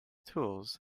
tools